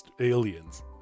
aliens